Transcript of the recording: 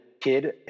kid